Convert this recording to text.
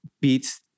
beats